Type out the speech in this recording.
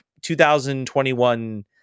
2021